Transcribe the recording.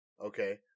okay